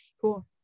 cool